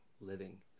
living